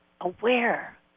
aware